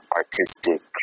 artistic